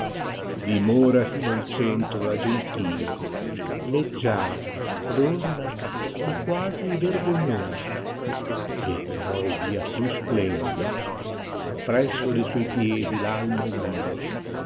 fiso dimorasi nel centro la gentile leggiadra adorna e quasi vergognosa e però via più splende appresso de suoi piedi v alma umile